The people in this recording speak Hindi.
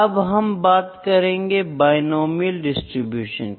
अब हम बात करेंगे बिनोमीयल डिस्ट्रीब्यूशन की